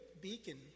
beacon